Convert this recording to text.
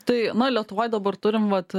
tai na lietuvoj dabar turim vat